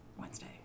Wednesday